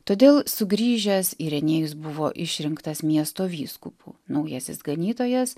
todėl sugrįžęs irenėjus buvo išrinktas miesto vyskupu naujasis ganytojas